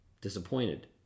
disappointed